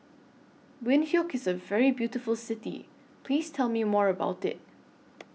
Windhoek IS A very beautiful City Please Tell Me More about IT